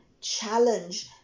challenge